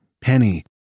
Penny